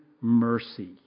mercy